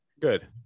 Good